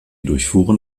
durchfuhren